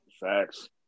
Facts